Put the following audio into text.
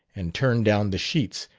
and turn down the sheets,